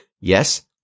Yes